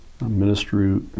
ministry